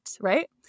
right